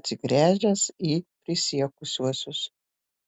atsigręžęs į prisiekusiuosius